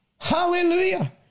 Hallelujah